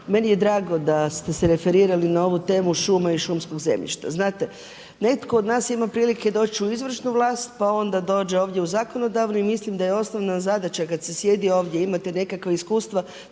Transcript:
Meni je drago da ste se referirali na ovu temu šuma i šumskog zemljišta. Znate, netko od nas ima prilike doći u izvršnu vlast pa onda dođe ovdje u zakonodavnu i mislim da je osnovna zadaća kada se sjedi ovdje i imate nekakva iskustva